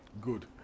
Good